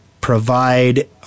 provide